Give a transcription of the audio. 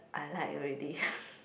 I like already